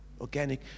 Organic